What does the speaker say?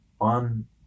on